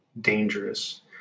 dangerous